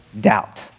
Doubt